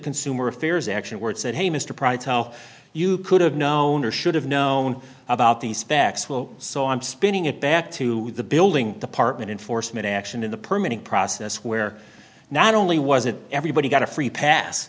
consumer affairs action where it said hey mr pride's how you could have known or should have known about the specs will so i'm spinning it back to the building department enforcement action in the permanent process where not only was it everybody got a free pass